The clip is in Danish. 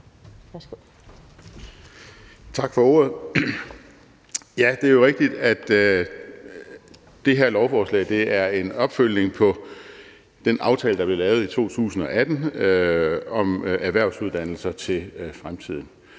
Tak for ordet. Ja, det er jo rigtigt, at det her lovforslag er en opfølgning på den aftale, der blev lavet i 2018 om erhvervsuddannelser til fremtiden.